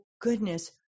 goodness